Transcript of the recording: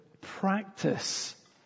practice